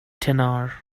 tenor